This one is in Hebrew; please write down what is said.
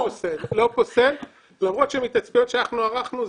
אני לא פוסל למרות שמתצפיות שאנחנו ערכנו,